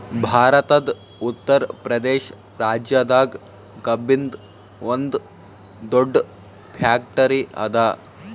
ಭಾರತದ್ ಉತ್ತರ್ ಪ್ರದೇಶ್ ರಾಜ್ಯದಾಗ್ ಕಬ್ಬಿನ್ದ್ ಒಂದ್ ದೊಡ್ಡ್ ಫ್ಯಾಕ್ಟರಿ ಅದಾ